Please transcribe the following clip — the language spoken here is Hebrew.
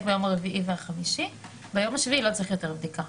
ביום הרביעי והחמישי ביום השביעי לא צריך יותר בדיקה.